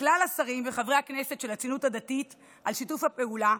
לכל השרים וחברי הכנסת של הציונות הדתית על שיתוף הפעולה,